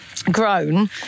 grown